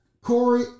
Corey